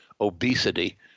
obesity